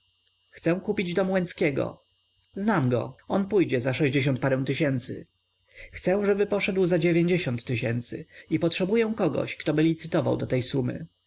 chcę kupić dom łęckiego znam go on pójdzie za sześćdziesiąt parę tysięcy chcę żeby poszedł za dziewięćdziesiąt tysięcy i potrzebuję kogoś ktoby licytował do tej sumy